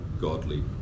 godly